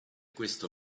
questo